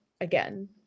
again